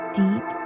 deep